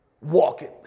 walking